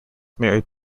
married